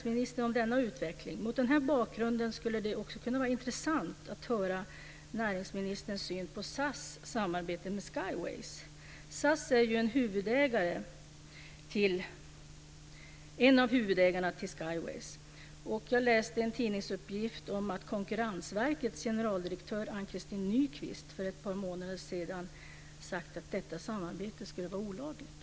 Mot den här bakgrunden skulle det också vara intressant att höra näringsministerns syn på SAS samarbete med Skyways. SAS är ju en av huvudägarna till Skyways, och jag läste en tidningsuppgift om att Konkurrensverkets generaldirektör Ann-Christin Nykvist för ett par månader sedan sagt att detta samarbete skulle vara olagligt.